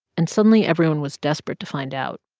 and suddenly, everyone was desperate to find out,